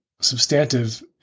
substantive